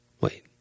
Wait